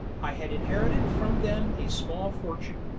i had inherited from them a small fortune,